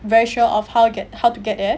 very sure of how get how to get there